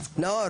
אין להם,